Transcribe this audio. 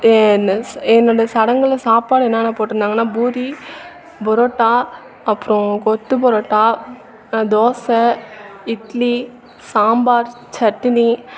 ஏ என்ன ஸ் என்னோடய சடங்கில் சாப்பாடு என்னென்ன போட்ருந்தாங்கன்னா பூரி புரோட்டா அப்புறோம் கொத்து புரோட்டா தோசை இட்லி சாம்பார் சட்டினி